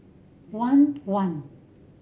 one one